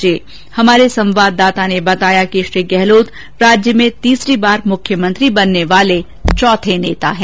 जितेन्द्र द्विवेदी हमारे संवाददाता ने बताया कि श्री गहलोत राज्य में तीसरी बार मुख्यमंत्री बनने वाले चौथे नेता हैं